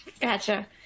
gotcha